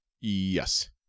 Yes